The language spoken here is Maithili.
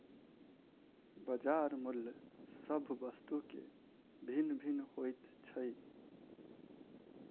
बजार मूल्य सभ वस्तु के भिन्न भिन्न होइत छै